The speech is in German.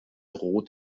rot